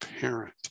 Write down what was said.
parent